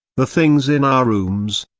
the things in our rooms,